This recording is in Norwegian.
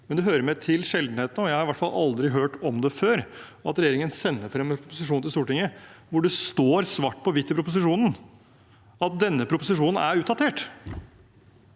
men det hører med til sjeldenhetene. Jeg har i hvert fall aldri før hørt om at regjeringen sender en proposisjon til Stortinget hvor det står svart på hvitt i proposisjonen at denne proposisjonen er utdatert,